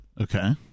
Okay